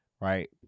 Right